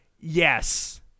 Yes